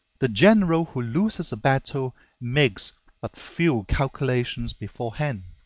the general who loses a battle makes but few calculations beforehand.